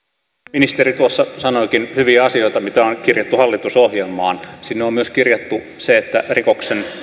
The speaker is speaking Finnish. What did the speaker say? ministeri tuossa sanoikin hyviä asioita mitä on kirjattu hallitusohjelmaan sinne on myös kirjattu se että rikoksen